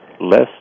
less